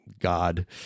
God